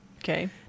Okay